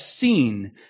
seen